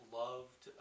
loved